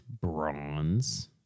Bronze